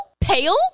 Pale